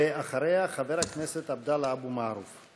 ואחריה, חבר הכנסת עבדאללה אבו מערוף.